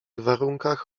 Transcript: warunkach